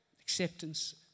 Acceptance